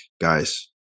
guys